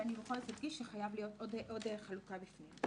אני בכל זאת אדגיש שחייבת להיות עוד חלוקה בפנים.